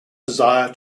desire